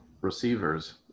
receivers